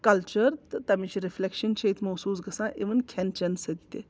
culture تہٕ تمِچ reflection چھِ ییٚتہِ محسوٗس گژھان اِوٕن کھٮ۪ن چٮ۪ن سۭتۍ تہِ